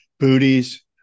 Booties